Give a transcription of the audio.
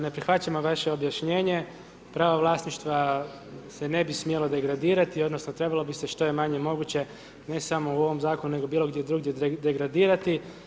Ne prihvaćamo vaše objašnjenje, pravo vlasništva se ne bi smjelo degradirati odnosno trebalo bi se što je manje moguće ne samo u ovom zakonu nego bilo drugdje degradirati.